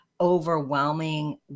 overwhelming